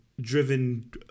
driven